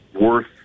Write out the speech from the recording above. worth